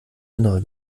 innere